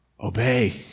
obey